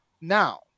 Now